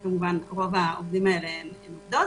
וכמובן שרוב העובדים האלה הם עובדות.